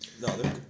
No